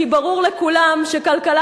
כי ברור לכולם שכלכלה